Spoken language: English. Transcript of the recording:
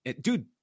dude